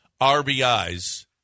RBIs